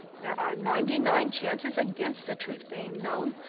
there are ninety-nine chances against the truth being known,